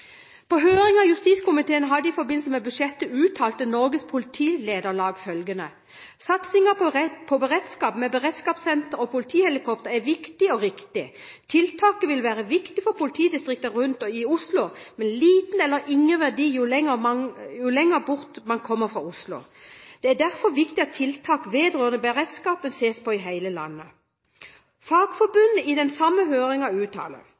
På høringen som justiskomiteen hadde i forbindelse med budsjettet, uttalte Norges politilederlag følgende: Satsingen på beredskap med beredskapssenter og politihelikopter er viktig og riktig. Tiltaket vil være viktig for politidistriktene rundt og i Oslo, men har liten eller ingen verdi jo lenger bort fra Oslo man kommer. Det er derfor viktig at tiltak vedrørende beredskapen ses på i hele landet. Fagforbundet uttaler